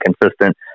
consistent